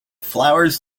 flowers